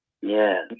Yes